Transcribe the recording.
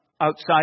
outside